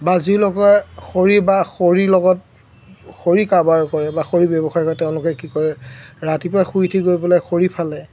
বা যি লোকে খৰি বা খৰিৰ লগত খৰি কাৰবাৰ কৰে বা খৰি ব্যৱসায় কৰে তেওঁলোকে কি কৰে ৰাতিপুৱা শুই উঠি গৈ পেলাই খৰি ফালে